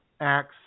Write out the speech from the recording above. acts